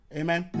amen